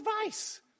advice